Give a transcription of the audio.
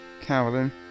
Carolyn